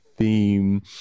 theme